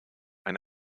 ein